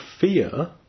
fear